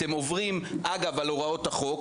אתם עוברים על הוראות החוק,